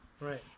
Right